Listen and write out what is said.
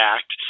Act